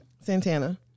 Santana